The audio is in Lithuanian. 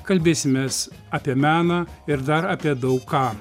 kalbėsimės apie meną ir dar apie daug ką